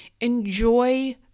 Enjoy